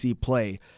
play